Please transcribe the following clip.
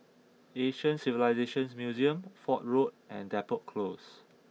Asian Civilisations Museum Fort Road and Depot Close